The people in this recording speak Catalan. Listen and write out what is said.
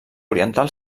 oriental